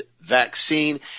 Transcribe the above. vaccine